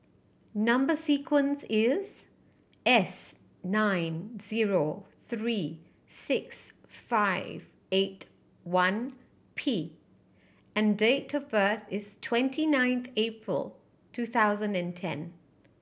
number sequence is S nine zero three six five eight one P and date of birth is twenty nine April two thousand and ten